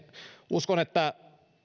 uskon että